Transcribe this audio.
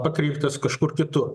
pakreiptas kažkur kitur